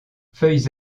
feuilles